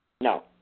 No